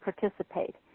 participate